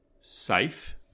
safe